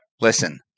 Listen